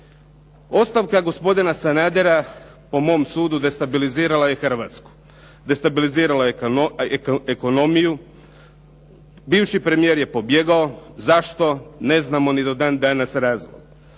Ostavka gospodina Sanadera, po mom sudu, destabilizirala je Hrvatsku, destabilizirala je ekonomiju. Bivši premijer je pobjegao. Zašto, ne znamo ni do dan danas razlog.